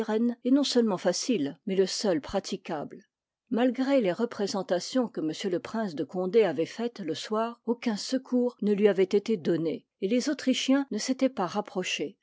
est non seulement facile mais le seul praticable malgré les représentations que m le prince de condé avoit faites le y soir aucun secours ne lui avoit été donné et les autrichiens ne s'étoientpasrapprochés